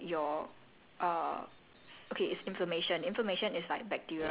err first of all it's anti bacterial how you get pimples right it's cause like your